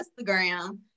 Instagram